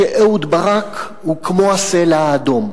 שאהוד ברק הוא כמו הסלע האדום,